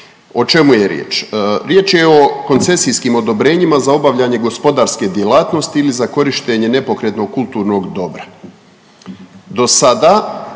O čemu je riječ? Riječ je o koncesijskim odobrenjima za obavljanje gospodarske djelatnosti ili za korištenje nepokretnog kulturnog dobra.